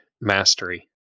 mastery